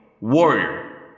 Warrior